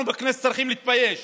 אנחנו בכנסת צריכים להתבייש